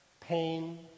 pain